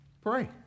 Pray